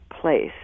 place